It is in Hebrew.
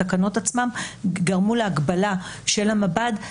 הוא שהתקנות עצמן גרמו להגבלה של המב"ד,